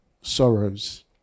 sorrows